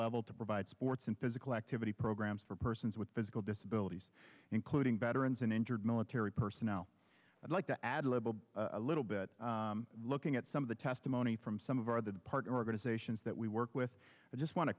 level to provide sports and physical activity programs for persons with physical disabilities including veterans in injured military personnel i'd like to add a little a little bit looking at some of the testimony from some of our the partner organizations that we work with i just want to